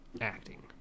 acting